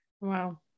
Wow